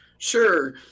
Sure